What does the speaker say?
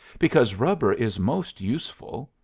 because rubber is most useful.